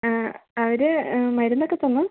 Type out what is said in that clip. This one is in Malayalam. ആ അവര് മരുന്നൊക്കെ തന്നു